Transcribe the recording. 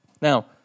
Now